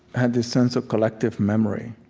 had this sense of collective memory.